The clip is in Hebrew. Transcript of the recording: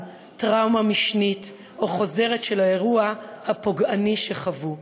טראומה משנית או חוזרת של האירוע הפוגעני שחוו.